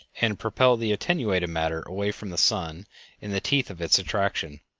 and propel the attenuated matter away from the sun in the teeth of its attraction.